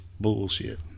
bullshit